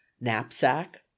knapsack